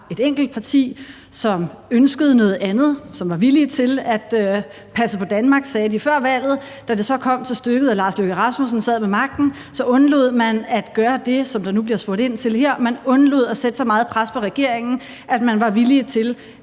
et enkelt parti, som ønskede noget andet, og som var villige til at passe på Danmark, sagde de før valget. Da det så kom til stykket og Lars Løkke Rasmussen sad med magten, undlod man at gøre det, som der nu bliver spurgt ind til her. Man undlod at sætte så meget pres på regeringen, at man var villige til